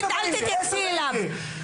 אלין, אל תתייחסי אליו.